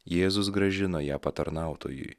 jėzus grąžino ją patarnautojui